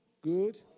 Good